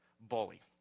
bully